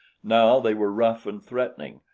now they were rough and threatening,